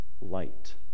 light